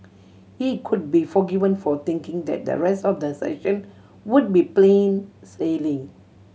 he could be forgiven for thinking that the rest of the session would be plain sailing